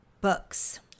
books